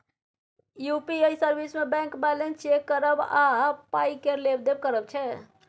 UPI service मे bank balance check करब आ पाइ केर लेब देब करब छै